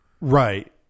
right